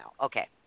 Okay